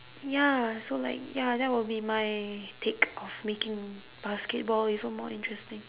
ya so like ya that would be my take of making basketball even more interesting